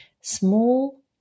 small